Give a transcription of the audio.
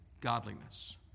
godliness